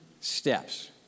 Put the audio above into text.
steps